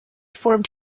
formed